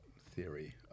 theory